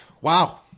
Wow